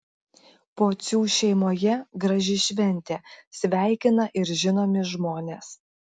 pocių šeimoje graži šventė sveikina ir žinomi žmonės